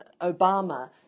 Obama